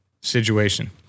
situation